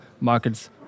markets